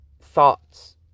thoughts